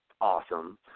awesome